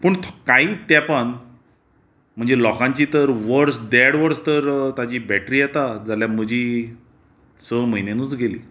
पूण कांय तेंपान म्हणजे लोकांची तर वर्स देड वर्स ताची बॅटरी येता जाल्यार म्हजी स म्हयन्यानूच गेली